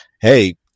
hey